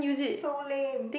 so lame